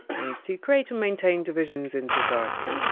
and to create and maintain divisions in society.